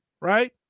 right